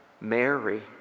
Mary